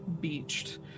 beached